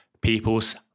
people's